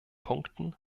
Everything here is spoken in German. punkten